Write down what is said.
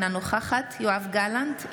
אינה נוכחת יואב גלנט,